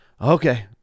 Okay